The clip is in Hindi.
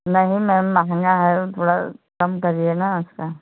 नहीं मैम महँगा है थोड़ा कम करिए न उसका